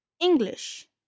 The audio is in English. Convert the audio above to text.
English